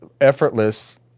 effortless